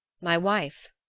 my wife.